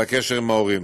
בקשר עם ההורים.